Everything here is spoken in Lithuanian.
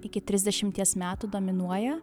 iki trisdešimties metų dominuoja